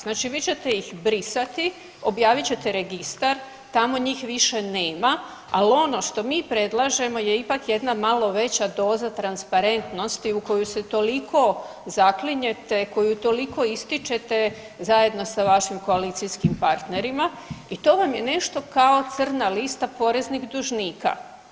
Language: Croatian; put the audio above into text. Znači vi ćete ih brisati, objavit ćete registar, tamo njih više nema ali ono što mi predlažemo je ipak jedna malo veća doza transparentnosti u koju se toliko zaklinjete, koju toliko ističete zajedno sa vašim koalicijskim partnerima i to vam je nešto kao crna lista poreznih dužnika.